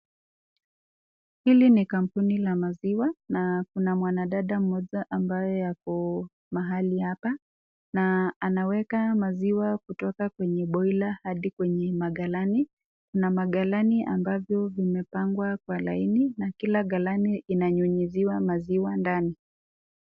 Hili ni kampuni la maziwa, na kuna mwanadada mmoja ambaye ako mahali hapa na anaweka maziwa kutoka kwenye boiler hadi kwenye magalani na magalani ambavyo vimepangwa kwa laini na kila galani inanyunyuziwa maziwa ndani.